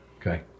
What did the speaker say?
Okay